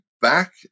back